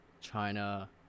China